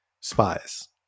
spies